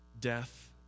death